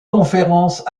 conférences